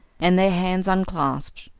and their hands unclasped.